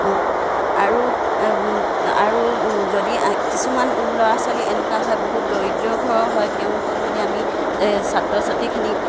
অঁ আৰু আৰু যদি কিছুমান ল'ৰা ছোৱালী এনেকুৱা হয় বহুত দৰিদ্ৰ ঘৰৰ হয় তেওঁলোকক যদি আমি ছাত্ৰ ছাত্ৰীখিনিক